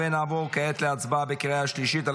נעבור כעת להצבעה בקריאה שלישית על